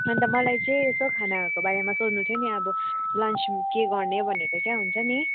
अन्त मलाई चाहिँ यसो खानाहरूको बारेमा सोध्नु थियो नि अब लन्च के गर्ने भनेर क्या हुन्छ नि